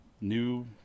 new